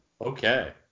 Okay